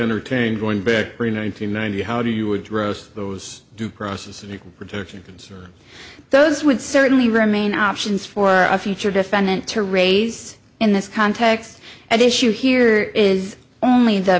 entertain going back three nine hundred ninety how do you address those due process and protections those would certainly remain options for a future defendant to raise in this context at issue here is only the